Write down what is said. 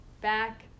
back